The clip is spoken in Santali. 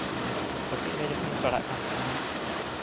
ᱠᱟᱹᱴᱤᱡ ᱨᱮ ᱡᱚᱠᱷᱚᱱᱤᱧ ᱯᱟᱲᱦᱟᱜ ᱠᱟᱱ ᱛᱟᱦᱮᱱᱟ